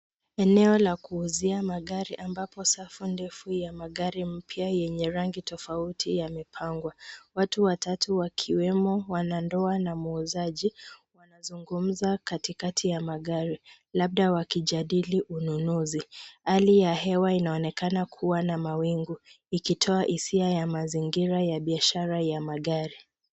Eneo la kuuzia magari ambapo safu ndefu yenye magari mpya yenye rangi tofauti yamepangwa. Watu watatu wakiwemo wanandoa na muuzaji wanazungumza katikati ya magari labda wakijadili ununuzi. Hali ya hewa inaonekana kuwa na mawingu ikitoa hisia ya mazingira ya biashara ya magari.